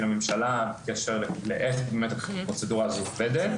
לממשלה בקשר לאיך שהפרוצדורה הזאת עובדת.